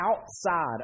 outside